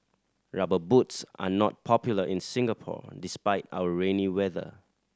Rubber Boots are not popular in Singapore despite our rainy weather